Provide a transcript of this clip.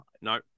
No